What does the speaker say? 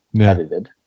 edited